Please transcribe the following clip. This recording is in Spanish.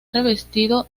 revestido